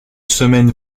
semaine